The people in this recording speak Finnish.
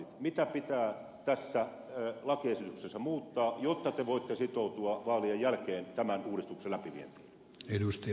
mitä pitää tässä lakiesityksessä muuttaa jotta te voitte sitoutua vaalien jälkeen tämän uudistuksen läpivientiin